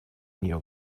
нее